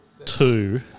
Two